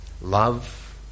love